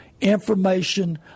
information